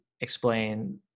explain